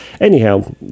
Anyhow